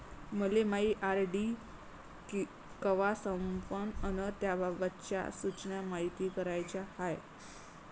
मले मायी आर.डी कवा संपन अन त्याबाबतच्या सूचना मायती कराच्या हाय